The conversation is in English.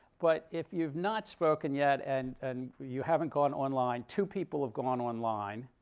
but if you've not spoken yet, and and you haven't gone online two people have gone online,